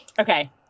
okay